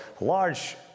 large